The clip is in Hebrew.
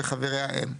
וחבריה הם: